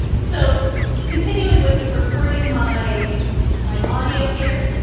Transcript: so continuing with recording my my audio here,